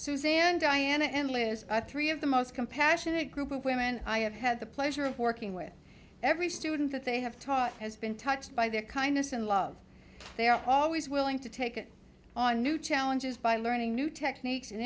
suzanne diana and liz three of the most compassionate group of women i have had the pleasure of working with every student that they have taught has been touched by their kindness and love they are always willing to take on new challenges by learning new techniques and